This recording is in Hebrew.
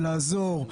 יכולים לעזור,